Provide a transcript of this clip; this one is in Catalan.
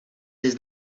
des